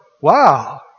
Wow